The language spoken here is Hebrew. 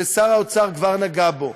ששר האוצר כבר נגע בו: